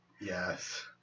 Yes